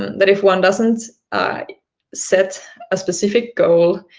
that if one doesn't set a specific goal,